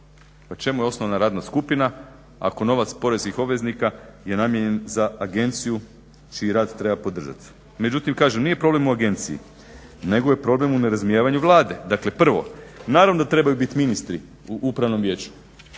Pa čemu je osnovana radna skupina ako novac poreznih obveznika je namijenjen za agenciju čiji rad treba podržat. Međutim kažem, nije problem u agenciji nego je problem u nerazumijevanju Vlade. Dakle prvo, naravno da trebaju biti ministri u upravnom vijeću.